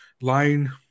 line